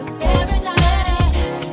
paradise